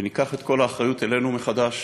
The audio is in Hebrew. וניקח את כל האחריות אלינו מחדש.